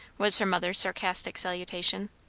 was her mother's sarcastic salutation.